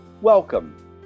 Welcome